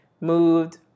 Moved